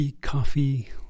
Coffee